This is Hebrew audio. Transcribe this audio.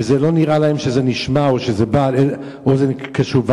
ולא נראה להם שזה נשמע או שזה בא על אוזן קשובה.